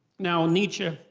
now nietzsche,